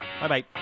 bye-bye